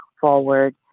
forward